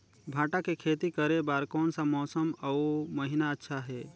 भांटा के खेती करे बार कोन सा मौसम अउ महीना अच्छा हे?